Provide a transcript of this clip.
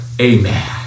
amen